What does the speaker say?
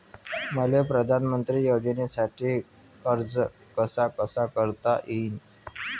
मले पंतप्रधान योजनेसाठी अर्ज कसा कसा करता येईन?